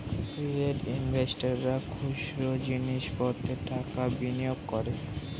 retail ইনভেস্টর্সরা খুচরো জিনিস পত্রে টাকা বিনিয়োগ করে